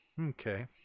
Okay